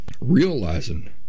realizing